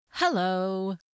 Hello